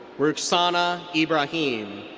rukhsana ibrahim.